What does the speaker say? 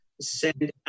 send